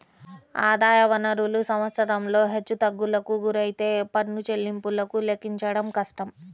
ఆదాయ వనరులు సంవత్సరంలో హెచ్చుతగ్గులకు గురైతే పన్ను చెల్లింపులను లెక్కించడం కష్టం